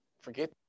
Forget